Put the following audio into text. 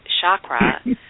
chakra